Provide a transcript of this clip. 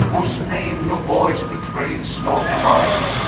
whose name no voice betrays nor cry,